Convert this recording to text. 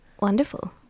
Wonderful